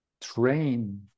train